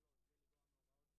לא צריך תקנות כרגע.